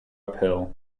uphill